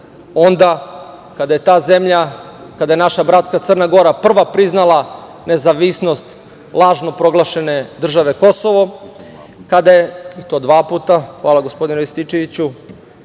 onda kada je ta zemlja, kada je naša bratska Crna Gora prva priznala nezavisnost lažno proglašene države Kosovo, i to dva puta, hvala gospodine Rističeviću,